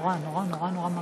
נורא, נורא, נורא מרעישים.